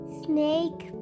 snake